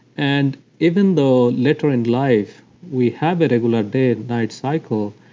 and even though later in life we have a regular day and night cycle,